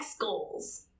goals